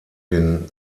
den